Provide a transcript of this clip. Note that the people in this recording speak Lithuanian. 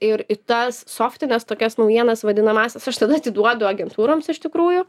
ir į tas softines tokias naujienas vadinamąsias aš tada atiduodu agentūroms iš tikrųjų